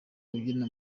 abyina